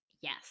Yes